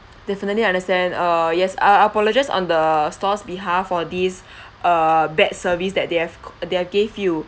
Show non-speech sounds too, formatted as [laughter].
definitely understand err yes I apologise on the store's behalf for these [breath] err bad service that they have c~ they've gave you